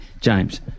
James